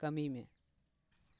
ᱠᱟᱹᱢᱤ ᱢᱮ